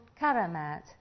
Karamat